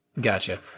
Gotcha